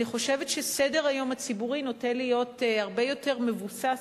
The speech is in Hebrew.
אני חושבת שסדר-היום הציבורי נוטה להיות הרבה יותר מבוסס